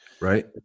Right